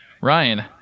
Ryan